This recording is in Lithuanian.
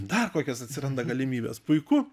dar kokios atsiranda galimybės puiku